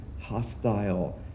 hostile